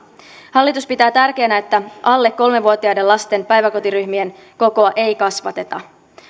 hallitus pitää tärkeänä että alle kolme vuotiaiden lasten päiväkotiryhmien kokoa ei kasvateta